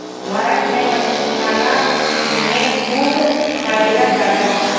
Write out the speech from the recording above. भारत में मछरी खाना में खूब खाएल जाला